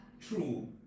True